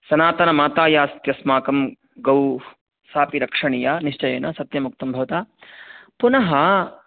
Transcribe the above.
सनातनमाता यास्त्यस्माकं गौः सापि रक्षणीया निश्चयेन सत्यम् उक्तं भवता पुनः